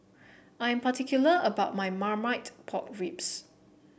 I am particular about my Marmite Pork Ribs